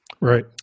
Right